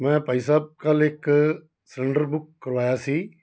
ਮੈਂ ਭਾਈ ਸਾਹਿਬ ਕੱਲ੍ਹ ਇੱਕ ਸਿਲੰਡਰ ਬੁੱਕ ਕਰਵਾਇਆ ਸੀ